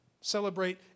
celebrate